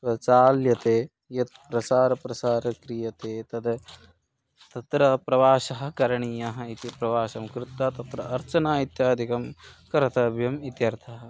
प्रचाल्यते यत् प्रसार प्रसारं क्रियते तद् तत्र प्रवासः करणीयः इति प्रवासं कृत्वा तत्र अर्चना इत्यादिकं कर्तव्यम् इत्यर्थः